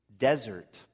desert